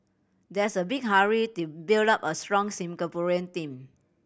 there's a big hurry to build up a strong Singaporean team